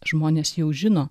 žmonės jau žino